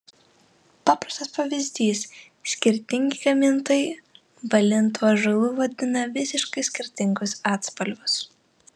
paprastas pavyzdys skirtingi gamintojai balintu ąžuolu vadina visiškai skirtingus atspalvius